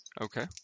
Okay